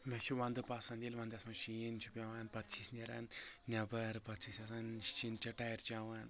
مےٚ چھُ ونٛدٕ پسنٛد ییٚلہِ ونٛدس منٛز شیٖن چھُ پیٚوان پتہٕ چھِ أسۍ نیران نٮ۪بر پتہٕ چھِ أسۍ آسان شیٖن چٹارۍ چیٚوان